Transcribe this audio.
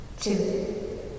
Two